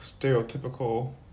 stereotypical